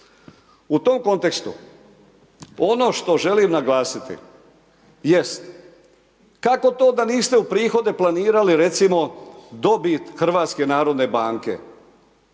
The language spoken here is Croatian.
U tom kontekstu ono što želim naglasiti, jest kako to da niste u prihode planirali recimo dobit HNB-a? Jer svaka